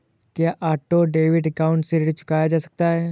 क्या auto debit account से ऋण चुकाया जा सकता है?